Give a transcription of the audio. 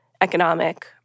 economic